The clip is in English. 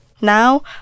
now